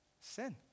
Sin